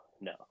no